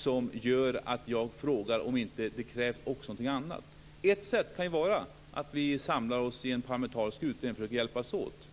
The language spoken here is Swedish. känner gör att jag frågar om det inte också krävs någonting annat. Ett sätt kan vara att vi samlas i en parlamentarisk utredning för att hjälpas åt.